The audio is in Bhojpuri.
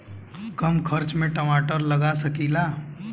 कम खर्च में टमाटर लगा सकीला?